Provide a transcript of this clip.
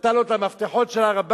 נתן לו את המפתחות של הר-הבית,